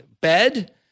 bed